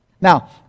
Now